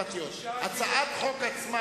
הצעת חוק עצמה,